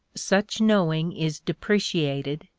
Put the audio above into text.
such knowing is depreciated,